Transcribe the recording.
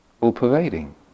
all-pervading